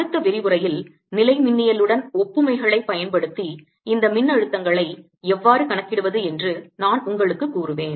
அடுத்த விரிவுரையில் நிலைமின்னியல் உடன் ஒப்புமைகளைப் பயன்படுத்தி இந்த மின் அழுத்தங்களை எவ்வாறு கணக்கிடுவது என்று நான் உங்களுக்கு கூறுவேன்